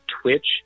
twitch